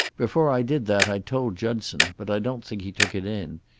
before i did that i told judson, but i don't think he took it in.